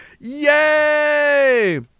Yay